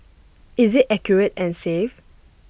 is IT accurate and safe